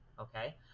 Okay